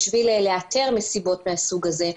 כדי לאתר מסיבות מהסוג הזה,